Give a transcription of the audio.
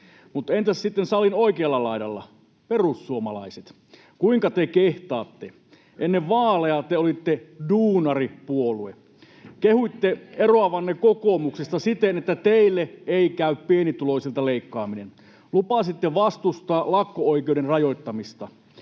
Mutta entä sitten salin oikealla laidalla? Perussuomalaiset, kuinka te kehtaatte? Ennen vaaleja te olitte duunaripuolue. Kehuitte eroavanne kokoomuksesta siten, että teille ei käy pienituloisilta leikkaaminen. Lupasitte vastustaa lakko-oikeuden rajoittamista.